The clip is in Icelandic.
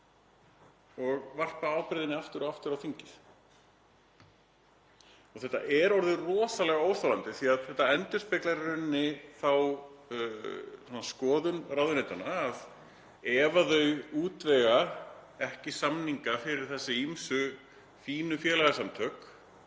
og varpað ábyrgðinni aftur og aftur á þingið. Þetta er orðið rosalega óþolandi því að þetta endurspeglar í rauninni þá skoðun ráðuneytanna að ef þau útvega ekki samninga fyrir hin ýmsu fínu félagasamtök